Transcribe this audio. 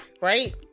right